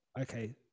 okay